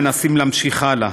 מנסים להמשיך הלאה,